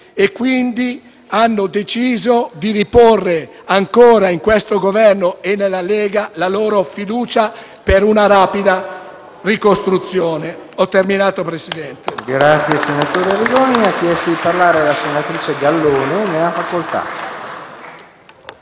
nostro impegno, decidendo di riporre ancora in questo Governo e nella Lega la loro fiducia per una rapida ricostruzione.